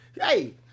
Hey